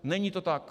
Není to tak!